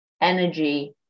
energy